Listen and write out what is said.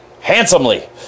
handsomely